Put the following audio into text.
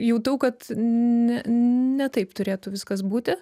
jutau kad ne ne taip turėtų viskas būti